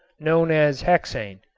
known as hexane.